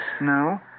No